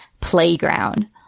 playground